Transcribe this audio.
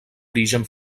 origen